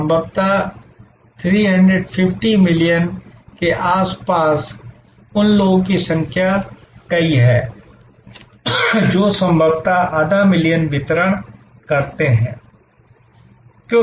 संभवतः 350 मिलियन के आस पास उन लोगों की संख्या कई हैं जो संभवत आधा मिलियन वितरण करते हैं